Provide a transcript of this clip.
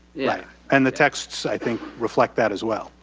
yeah, and the texts, i think reflect that as well.